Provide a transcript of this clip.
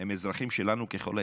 הם אזרחים שלנו ככל האזרחים,